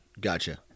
Gotcha